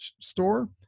store